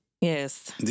Yes